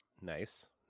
Nice